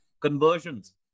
Conversions